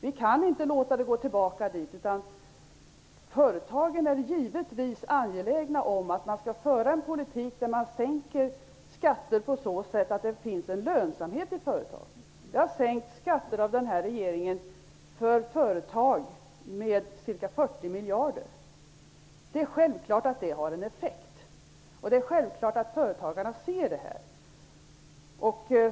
Vi kan inte låta det gå tillbaka dit. Företagen är givetvis angelägna om att det skall föras en politik där man sänker skatter på så sätt att företagen blir lönsamma. Regeringen har sänkt skatter för företag med ca 40 miljarder. Det är självklart att det har en effekt. Det är självklart att företagarna ser detta.